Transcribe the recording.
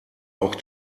auch